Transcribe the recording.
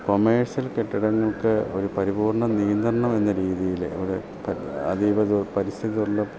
commercial കെട്ടിടങ്ങൾക്ക് ഒരു പരിപൂർണ്ണ നിയന്ത്രണം എന്ന രീതിയിൽ അവിടെ അധീവ പരിസ്ഥിതി ദുർ